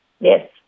yes